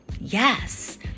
yes